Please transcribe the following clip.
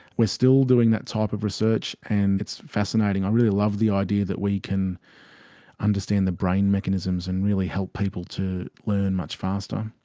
we are still doing that type of research and it's fascinating, i really love the idea that we can understand the brain mechanisms and really help people to learn much faster.